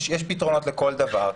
יש פתרונות לכל דבר.